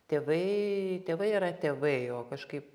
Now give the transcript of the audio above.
tėvai tėvai yra tėvai o kažkaip